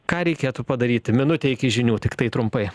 ką reikėtų padaryti minutė iki žinių tiktai trumpai